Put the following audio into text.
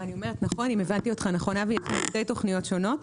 אבי, אם הבנתי אותך נכון, אלה שתי תוכניות שונות.